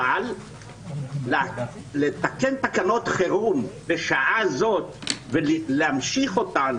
אבל לתקן תקנות חירום בשעה זאת ולהמשיך אותן,